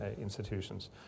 institutions